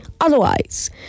Otherwise